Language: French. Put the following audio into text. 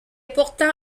pourtant